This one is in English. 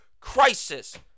crisis